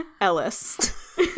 Ellis